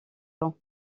ans